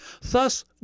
Thus